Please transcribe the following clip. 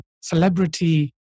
celebrity